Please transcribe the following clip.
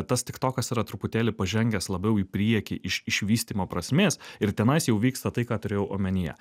tas tiktokas yra truputėlį pažengęs labiau į priekį iš išvystymo prasmės ir tenais jau vyksta tai ką turėjau omenyje